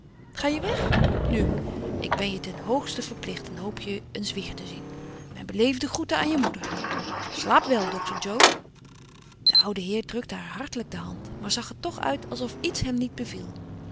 ga je weg nu ik ben je ten hoogste verplicht en hoop je eens weer te zien mijn beleefde groeten aan je moeder slaap wel dokter jo de oude heer drukte haar hartelijk de hand maar zag er toch uit alsof iets hem niet beviel